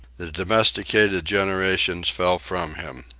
the domesticated generations fell from him.